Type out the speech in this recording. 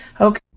Okay